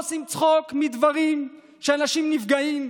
לא עושים צחוק מדברים שמהם אנשים נפגעים.